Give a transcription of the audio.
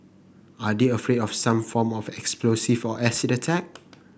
are they afraid of some form of explosive or acid attack